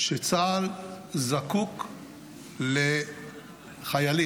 שצה"ל זקוק לחיילים.